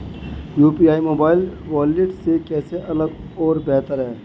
UPI mobile wallet से कैसे अलग और बेहतर है?